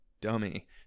dummy